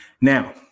Now